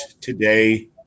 today